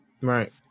Right